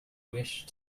wish